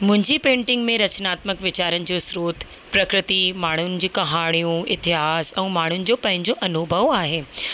मुंहिंजी पेंटिंग में रचनात्मक वीचारनि जो स्रोत प्रकृति माण्हुनि जूं कहाणियूं इतिहास ऐं माण्हुनि जो पंहिंजो अनुभव आहे